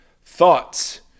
thoughts